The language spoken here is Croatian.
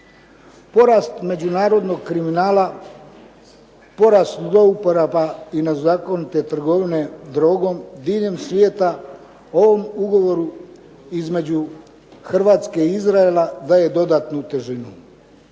Porast međunarodnog kriminala, porast zlouporaba i nezakonite trgovine drogom diljem svijeta ovom ugovoru između Hrvatske i Izraela daje dodatnu težinu.